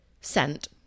Scent